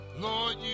Lord